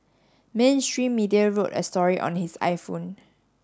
mainstream media wrote a story on his iPhone